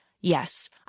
Yes